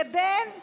לבין הדוברים,